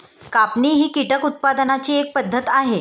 कापणी ही कीटक उत्पादनाची एक पद्धत आहे